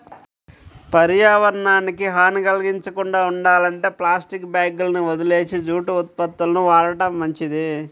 పర్యావరణానికి హాని కల్గించకుండా ఉండాలంటే ప్లాస్టిక్ బ్యాగులని వదిలేసి జూటు ఉత్పత్తులను వాడటం మంచిది